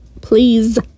Please